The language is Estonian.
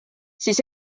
siis